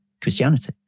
Christianity